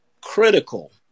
critical